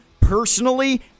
personally